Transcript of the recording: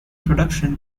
production